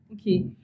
Okay